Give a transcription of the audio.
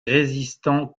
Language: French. résistants